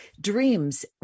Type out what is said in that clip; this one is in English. Dreams